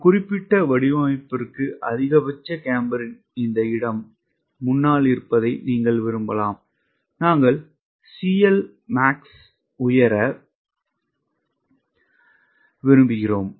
ஒரு குறிப்பிட்ட வடிவமைப்பிற்கு அதிகபட்ச கேம்பரின் இந்த இடம் முன்னால் இருப்பதை நீங்கள் விரும்பலாம் நாங்கள் CLmax உயர விரும்புகிறோம்